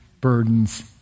burdens